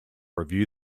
review